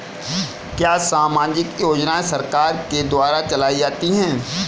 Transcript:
क्या सामाजिक योजनाएँ सरकार के द्वारा चलाई जाती हैं?